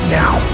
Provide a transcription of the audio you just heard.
now